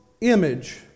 image